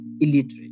illiterate